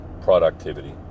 productivity